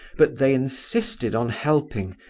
but they insisted on helping,